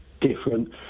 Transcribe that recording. different